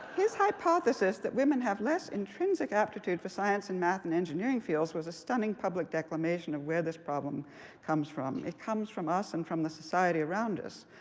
hypothesis that women have less intrinsic aptitude for science and math and engineering fields was a stunning public declination of where this problem comes from. it comes from us and from the society around us.